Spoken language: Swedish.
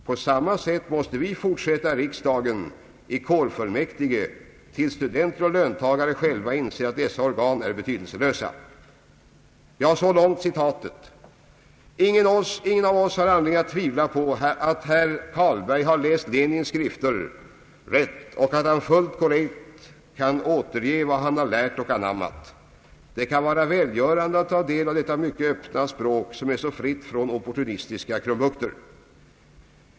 På samma sätt måste vi fortsätta i riksdagen, i kårfull Allmänpolitisk debatt mäktige, tills studenter och löntagare själva inser att dessa organ är betydelselösa.» Ingen av oss har anledning tvivla på att herr Carlberg har läst Lenins skrifter rätt och att han fullt korrekt kan återge vad han lärt och anammat. Det kan vara välgörande att ta del av detta mycket öppna språk som är så fritt från opportunistiska krumbukter.